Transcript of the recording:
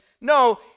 no